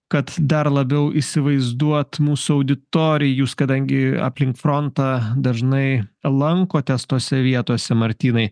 kad dar labiau įsivaizduot mūsų auditorijai jūs kadangi aplink frontą dažnai lankotės tose vietose martynai